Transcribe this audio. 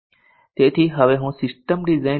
તેથી હવે હું સિસ્ટમ ડીઝાઇન